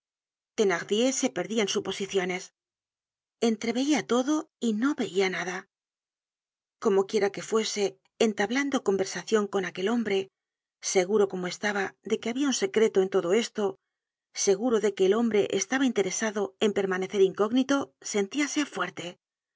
thenardier se perdia en suposiciones entreveia todo y no veia nada como quiera que fuese entablando conversacion con aquel hombre seguro como estaba de que habia un secreto en todo esto seguro de que el hombre estaba interesado en permanecer incógnito sentíase fuerte